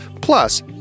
Plus